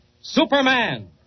Superman